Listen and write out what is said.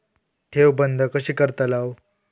ठेव बंद कशी करतलव?